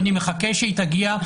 ואני מחכה שהיא תגיע,